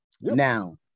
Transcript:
Now